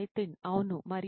నితిన్ అవును మరియు